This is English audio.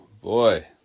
boy